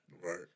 Right